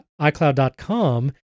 iCloud.com